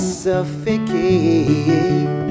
suffocate